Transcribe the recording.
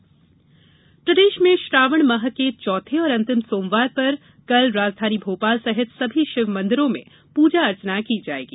श्रावण सोमवार प्रदेश में श्रावण माह के चौथे और अंतिम सोमवार पर कल राजधानी भोपाल सहित सभी शिव मंदिरों में पूजा अर्चना की जाएगी